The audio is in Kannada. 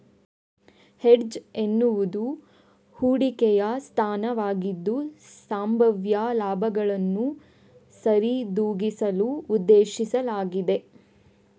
ಹೆಡ್ಜ್ ಎನ್ನುವುದು ಹೂಡಿಕೆಯ ಸ್ಥಾನವಾಗಿದ್ದು, ಸಂಭಾವ್ಯ ಲಾಭಗಳನ್ನು ಸರಿದೂಗಿಸಲು ಉದ್ದೇಶಿಸಲಾಗಿದೆ